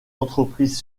entreprises